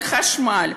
בחשמל,